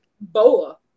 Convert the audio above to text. Boa